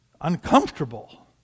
uncomfortable